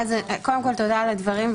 קודם כול תודה על הדברים.